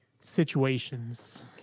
situations